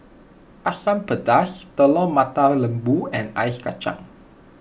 Asam Pedas Telur Mata Lembu and Ice Kachang